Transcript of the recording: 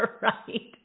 Right